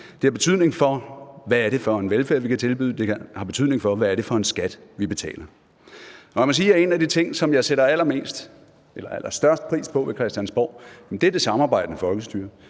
Det har betydning for, hvad det er for en velfærd, vi kan tilbyde, det har betydning for, hvad det er for en skat, vi betaler. Jeg må sige, at en af de ting, som jeg sætter allerstørst pris på ved Christiansborg, er det samarbejdende folkestyre,